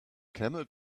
camel